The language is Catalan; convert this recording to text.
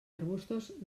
arbustos